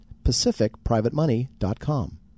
pacificprivatemoney.com